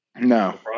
No